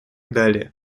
далее